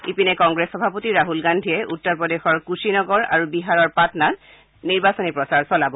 ইপিনে কংগ্ৰেছ সভাপতি ৰাহুল গান্ধীয়ে উত্তৰ প্ৰদেশৰ কুশী নগৰ আৰু বিহাৰৰ পাটনাত নিৰ্বাচনী প্ৰচাৰ চলাব